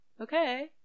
okay